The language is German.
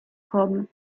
kommen